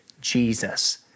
Jesus